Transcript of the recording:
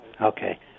Okay